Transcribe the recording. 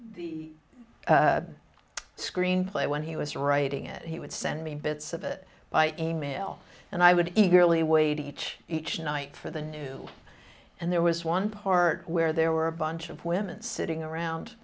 e screenplay when he was writing it he would send me bits of it by email and i would eagerly wait each each night for the new and there was one part where there were a bunch of women sitting around